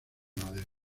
madera